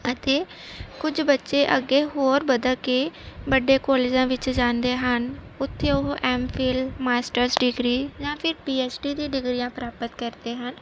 ਅਤੇ ਕੁਝ ਬੱਚੇ ਅੱਗੇ ਹੋਰ ਵਧਕੇ ਵੱਡੇ ਕਾਲਜਾਂ ਵਿੱਚ ਜਾਂਦੇ ਹਨ ਉੱਥੇ ਉਹ ਐਮਫਿਲ ਮਾਸਟਰਸ ਡਿਗਰੀ ਜਾਂ ਫਿਰ ਪੀ ਐਚ ਡੀ ਦੀ ਡਿਗਰੀਆਂ ਪ੍ਰਾਪਤ ਕਰਦੇ ਹਨ